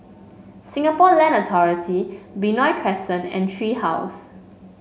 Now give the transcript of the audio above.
Singapore Land Authority Benoi Crescent and Tree House